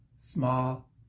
Small